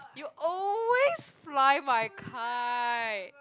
you always fly my kite